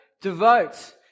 Devote